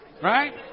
Right